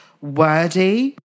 wordy